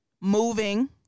moving